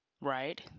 right